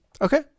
Okay